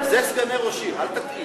זה סגני ראש עיר, אל תַטעי.